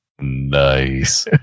Nice